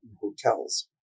hotels